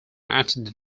attended